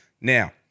Now